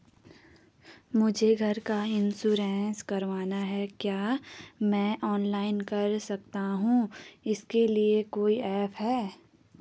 मुझे घर का इन्श्योरेंस करवाना है क्या मैं ऑनलाइन कर सकता हूँ इसके लिए कोई ऐप है?